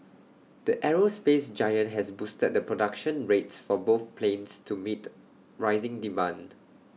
the aerospace giant has boosted the production rates for both planes to meet rising demand